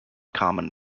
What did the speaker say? common